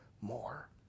more